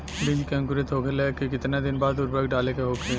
बिज के अंकुरित होखेला के कितना दिन बाद उर्वरक डाले के होखि?